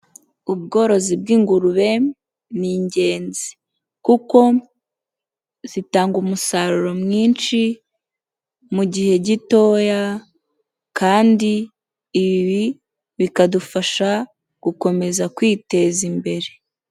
Ubworozi bw'ingurube n'igenzi kuko zitanga umusaruro mwinshi mu gihe gitoya, kandi ibi bikadufasha gukomeza kwiteza imbere.